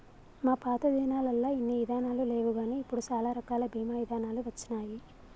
మా పాతదినాలల్లో ఇన్ని ఇదానాలు లేవుగాని ఇప్పుడు సాలా రకాల బీమా ఇదానాలు వచ్చినాయి